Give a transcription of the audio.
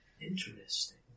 Interesting